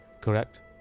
correct